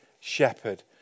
shepherd